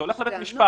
זה הולך לבית משפט.